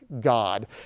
God